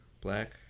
Black